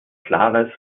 klares